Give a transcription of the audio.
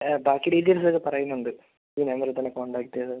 ബാക്കി ഡീറ്റെയിൽസ് പറയുന്നുണ്ട് ഈ നമ്പറിൽ തന്നെ കോൺടാക്ട് ചെയ്ത്